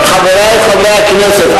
חברי חברי הכנסת,